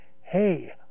hey